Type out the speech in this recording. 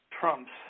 trumps